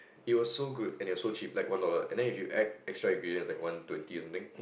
it was so good and it was so cheap like one dollar and then if you add an extra ingredient like one twenty or something